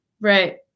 right